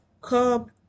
curb